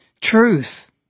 truth